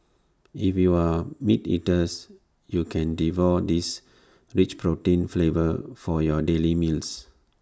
if you are meat eaters you can devour this rich protein flavor for your daily meals